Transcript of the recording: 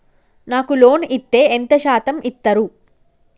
నాకు లోన్ ఇత్తే ఎంత శాతం ఇత్తరు?